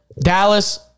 Dallas